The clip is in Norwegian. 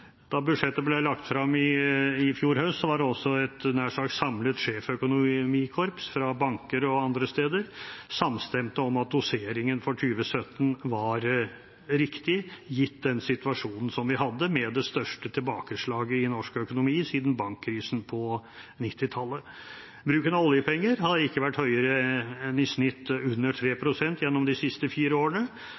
Da budsjettet ble lagt frem i fjor høst, var også et nær sagt samlet sjeføkonomkorps fra banker og andre steder samstemte om at doseringen for 2017 var riktig, gitt den situasjonen vi hadde med det største tilbakeslaget i norsk økonomi siden bankkrisen på 1990-tallet. Bruken av oljepenger har ikke vært høyere enn i snitt under 3 pst. gjennom de siste fire årene.